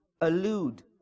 allude